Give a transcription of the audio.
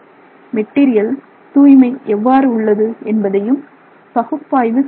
material தூய்மை எவ்வாறு உள்ளது என்பதையும் பகுப்பாய்வு செய்கிறார்கள்